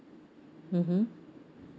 mmhmm